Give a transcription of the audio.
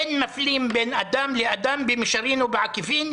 אין מפלים בין אדם לאדם במישרין או בעקיפין,